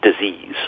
disease